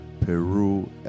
Peru